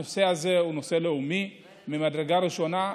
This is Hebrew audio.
הנושא הזה הוא נושא לאומי ממדרגה ראשונה,